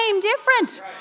different